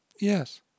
Yes